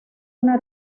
una